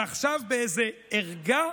ועכשיו באיזה ערגה,